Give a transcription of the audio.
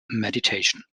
meditation